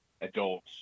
adults